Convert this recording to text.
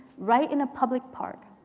right in a public park.